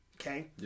okay